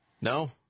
No